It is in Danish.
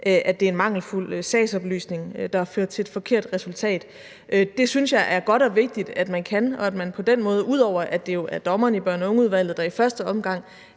at det er en mangelfuld sagsoplysning, der har ført til et forkert resultat. Det synes jeg er godt og vigtigt at man kan, og at man på den måde – ud over at det er dommerne i børn og unge-udvalget, der i første omgang